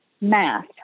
math